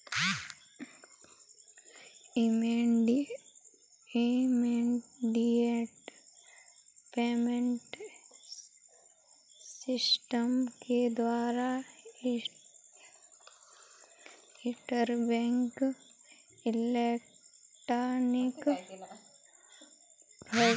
immediate payment system के द्वारा interbank electronic fund transfer को पूरा किया जाता है